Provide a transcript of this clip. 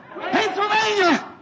Pennsylvania